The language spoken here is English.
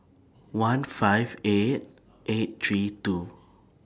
one five eight eight three two